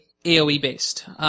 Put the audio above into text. AOE-based